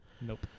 Nope